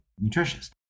nutritious